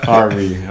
Harvey